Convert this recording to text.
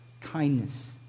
kindness